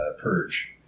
purge